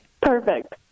Perfect